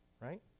right